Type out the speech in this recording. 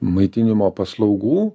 maitinimo paslaugų